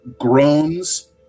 groans